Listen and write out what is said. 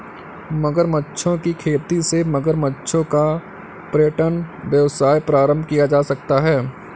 मगरमच्छों की खेती से मगरमच्छों का पर्यटन व्यवसाय प्रारंभ किया जा सकता है